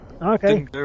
Okay